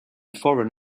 foreign